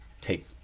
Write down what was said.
take